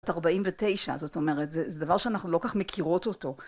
ארבעים ותשע, זאת אומרת, זה דבר שאנחנו לא כך מכירות אותו.